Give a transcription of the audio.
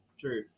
true